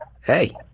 Hey